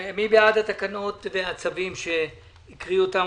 מי בעד אישור התקנות והצווים כפי שהקריא אותם